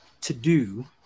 to-do